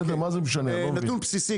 מוטי,